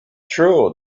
true